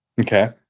Okay